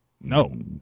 no